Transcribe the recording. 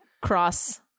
cross